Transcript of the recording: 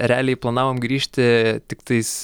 realiai planavom grįžti tiktais